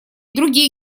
другие